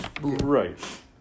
Right